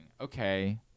Okay